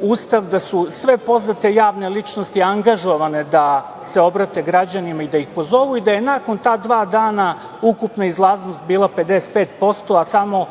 Ustav, da su sve poznate javne ličnosti angažovane da se obrate građanima i da ih pozovu i da nakon ta dva dana ukupna izlaznost bila 55%, a samo